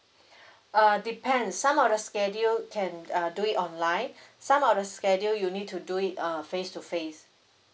uh depends some of the schedule can uh do it online some of the schedule you need to do it uh face to face